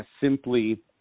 simply